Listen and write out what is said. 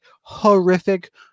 Horrific